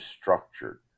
structured